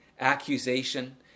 accusation